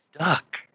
stuck